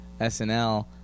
snl